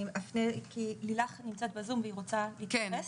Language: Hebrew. אני אפנה כי לילך נמצאת בזום והיא רוצה להתייחס.